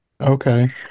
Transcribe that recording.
Okay